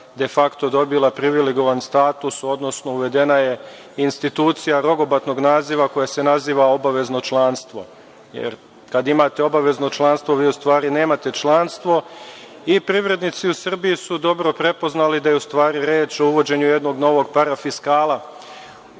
de fakto dobila privilegovan status, odnosno uvedena je institucija rogobatnog naziva koje se naziva obavezno članstvo. Kada ima obavezno članstvo, u stvari nemate članstvo i privrednici u Srbiji su dobro prepoznali da je u stvari reč o uvođenju jednog novog parafiskala